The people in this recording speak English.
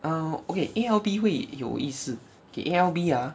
err okay A L B 会有意思 K A L B ah